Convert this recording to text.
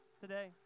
today